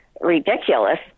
ridiculous